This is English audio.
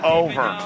over